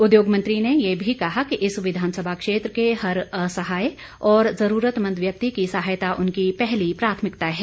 उद्योग मंत्री ने ये भी कहा कि इस विधानसभा क्षेत्र के हर असहाय और जरूरतमंद व्यक्ति की सहायता उनकी पहली प्राथमिकता है